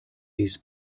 his